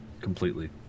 completely